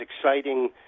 exciting